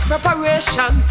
Preparation